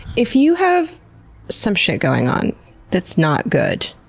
if you have some shit going on that's not good,